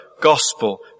gospel